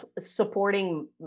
supporting